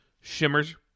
Shimmers